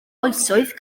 oesoedd